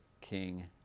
King